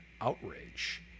outrage